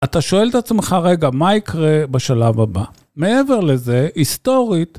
אתה שואל את עצמך: רגע, מה יקרה בשלב הבא? מעבר לזה, היסטורית...